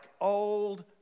old